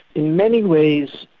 in many ways,